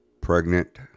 Pregnant